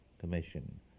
Commission